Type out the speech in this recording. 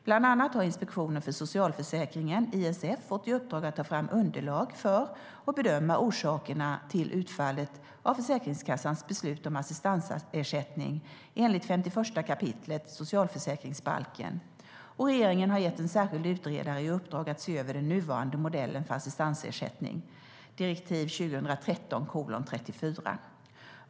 Bland annat har Inspektionen för socialförsäkringen, ISF, fått i uppdrag att ta fram underlag för och bedöma orsakerna till utfallet av Försäkringskassans beslut om assistansersättning enligt 51 kap. socialförsäkringsbalken, och regeringen har gett en särskild utredare i uppdrag att se över den nuvarande modellen för assistansersättning .